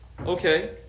Okay